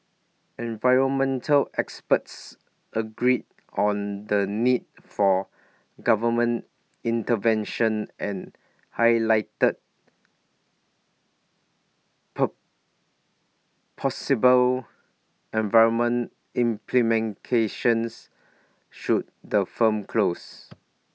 environmental experts agreed on the need for government intervention and highlighted possible environmental implications should the firms close